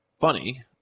funny